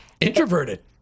Introverted